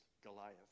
Goliath